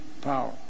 power